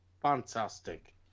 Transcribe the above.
Fantastic